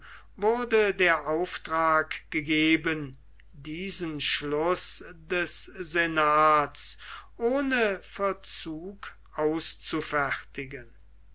wurde der auftrag gegeben diesen schluß des senats ohne verzug